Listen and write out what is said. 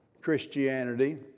Christianity